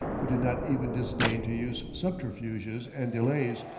who did not even disdain to use subterfuges and delays,